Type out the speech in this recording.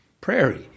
prairie